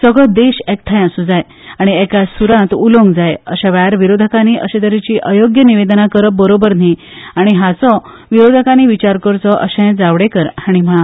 सगलो देश एकठांय आसु जाय आनी एका सुरात उलोवंक जाय अश्या वेळार विरोधकानी अशे तरेची अयोग्य निवेदना करप बरोबर न्ही आनी हाचो विरोधकानी विचार करचो अशेंय जावडेकर हांणी म्हळे